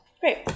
Great